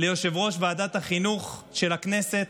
ליושב-ראש ועדת החינוך של הכנסת,